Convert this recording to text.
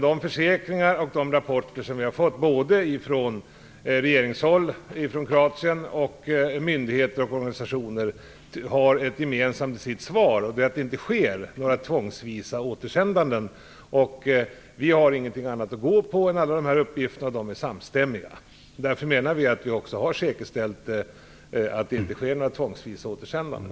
De försäkringar och de rapporter som vi har fått både från regeringshåll i Kroatien och från myndigheter och organisationer har varit entydiga, och det är att det inte sker några tvångsvisa återsändanden. Vi har ingenting annat att gå på än alla dessa uppgifter, och de är samstämmiga. Därför menar vi att vi har säkerställt att det inte sker några tvångsvisa återsändanden.